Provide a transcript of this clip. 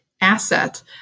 asset